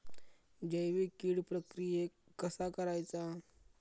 जैविक कीड प्रक्रियेक कसा करायचा?